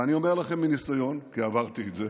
ואני אומר לכם מניסיון, כי עברתי את זה